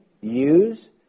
use